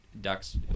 Ducks